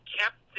kept